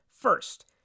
First